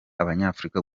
abanyafurika